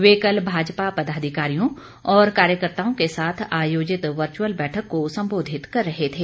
वे कल भाजपा पदाधिकारियों और कार्यकर्ताओं के साथ आयोजित वर्चुअल बैठक को संबोधित कर रहे थे